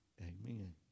Amen